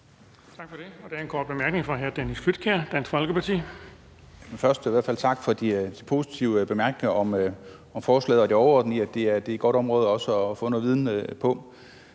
Tak for det. Og der er en kort bemærkning fra hr. Dennis Flydtkjær, Dansk Folkeparti. Kl. 10:25 Dennis Flydtkjær (DF): Først i hvert fald tak for de positive bemærkninger om forslaget og i forhold til det overordnede om, at det også er et godt område at få noget viden på.